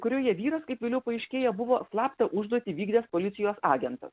kurioje vyras kaip vėliau paaiškėja buvo slaptą užduotį vykdęs policijos agentas